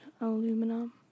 aluminum